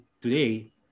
today